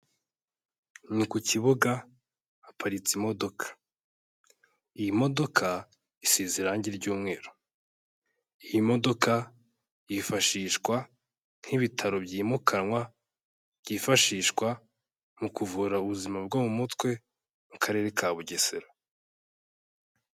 Ni ku kibuga haparitse imodoka. Iyi modoka isize irangi ry'umweru, iyi modoka yifashishwa nk'ibitaro byimukanwa byifashishwa mu kuvura ubuzima bwo mu mutwe, mu karere ka Bugesera.